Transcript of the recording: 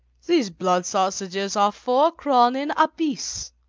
these blood-sausages are four kronen apiece.